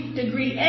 degree